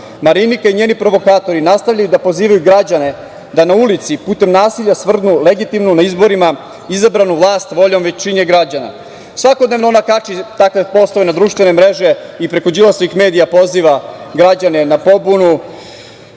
Marinika i njeni provokatori nastavljaju da pozivaju građane da na ulici putem nasilja svrgnu legitimnu, na izborima izabranu vlas voljom većine građana. Svakodnevno ona kači takve postove na društvene mreže i preko Đilasovih medija poziva građane na pobunu,